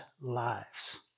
lives